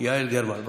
יעל גרמן.